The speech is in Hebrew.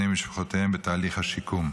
בתהליך השיקום.